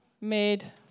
made